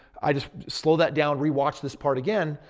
i just slowed that down, re-watch this part again.